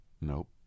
Nope